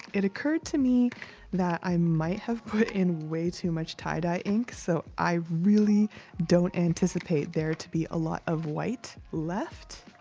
it occurred to me that i might have put in way too much tye-dye ink, so i really don't anticipate there to be a lot of white left,